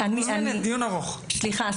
סליחה,